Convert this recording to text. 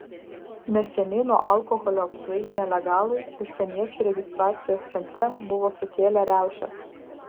neseniai nuo alkoholio apsvaigę nelegalai užsieniečių registracijos centre buvo sukėlę riaušes